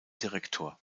direktor